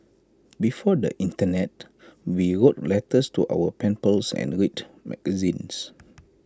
before the Internet we wrote letters to our pen pals and read magazines